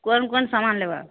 कोन कोन सामान लेबऽ